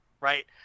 right